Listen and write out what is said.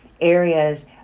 areas